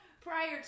Prior